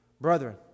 Brethren